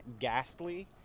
Gastly